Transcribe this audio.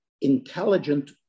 intelligent